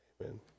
Amen